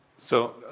so,